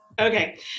Okay